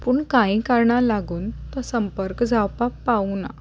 पूण कांय कारणां लागून तो संपर्क जावपाक पावूं ना